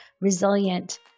resilient